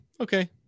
Okay